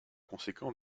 conséquent